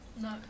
No